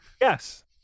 Yes